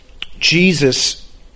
Jesus